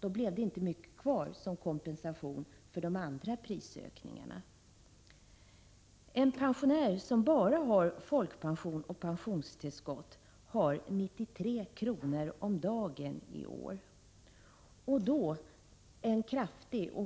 Då blev det inte mycket kvar som kompensation för de andra prisökningarna. En pensionär som bara har folkpension och pensionstillskott får 93 kr. om dagen i år.